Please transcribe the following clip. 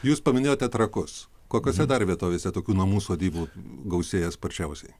jūs paminėjote trakus kokiose dar vietovėse tokių namų sodybų gausėja sparčiausiai